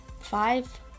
Five